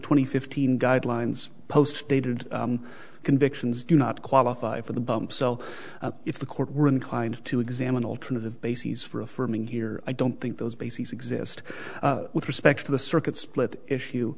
twenty fifteen guidelines postdated convictions do not qualify for the bumps l if the court were inclined to examine alternative bases for affirming here i don't think those bases exist with respect to the circuit split issue